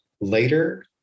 later